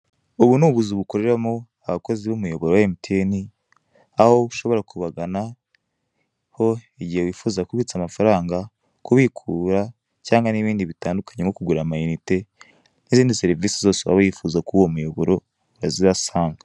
Ubu ni ubuzu bukoreramo abakozi b'umuyoboro wa emutiyeni, aho ushobora kubagana ho igihe wifuza kubitsa amafaranga, kubikura, cyangwa n'ibindi bitandukanye nko kugura amayinite, n'izindi serivisi zose waba wifuza ku uwo muyoboro, urazihasanga.